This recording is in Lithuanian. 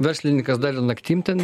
verslininkas dar ir naktim ten